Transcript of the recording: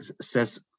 says